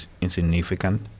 insignificant